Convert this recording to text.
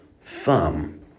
thumb